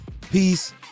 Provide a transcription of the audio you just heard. peace